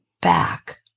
back